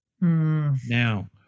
Now